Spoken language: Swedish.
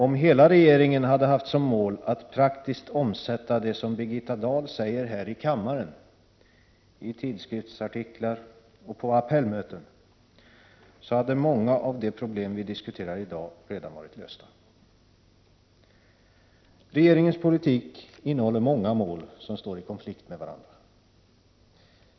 Om hela regeringen hade haft som mål att praktiskt omsätta det som Birgitta Dahl säger här i kammaren, i tidskriftsartiklar och på appellmöten, så hade många av de problem vi diskuterar i dag redan varit lösta. Regeringens politik innehåller många mål som står i konflikt med varandra.